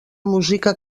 música